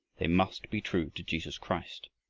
they must be true to jesus christ.